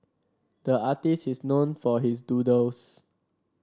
the artist is known for his doodles